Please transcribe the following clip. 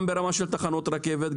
גם ברמה של תחנות רכבת,